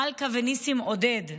מלכה וניסים עודד,